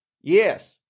Yes